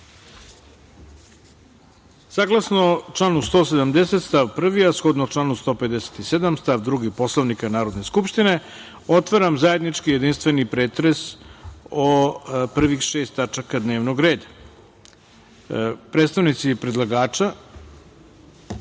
raspravu. Saglasno članu 170. stav 1, a shodno članu 157. stav 2. Poslovnika Narodne skupštine, otvaram zajednički jedinstveni pretres o prvih šest tačaka dnevnog reda. Predstavnici predlagača,